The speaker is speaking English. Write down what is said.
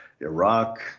Iraq